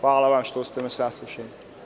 Hvala vam što ste me saslušali.